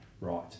right